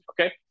okay